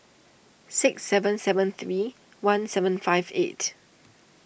six seven seven three one seven five eight